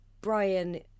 Brian